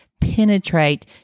penetrate